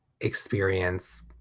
experience